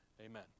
Amen